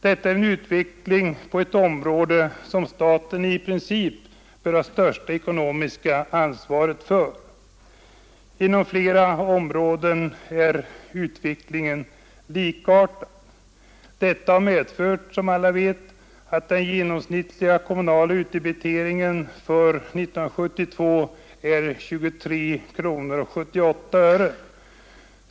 Detta är utvecklingen på ett område som staten i princip bör ha det största ekonomiska ansvaret för. Inom flera andra områden är utvecklingen likartad. Detta har, som alla vet, medfört att den genomsnittliga kommunala utdebiteringen för 1972 är 23 kronor 78 öre.